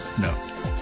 no